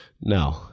no